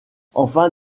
enfin